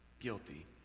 guilty